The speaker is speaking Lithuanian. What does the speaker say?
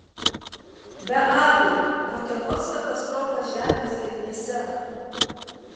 be abejo kokia nors katastrofa žemės gelmėse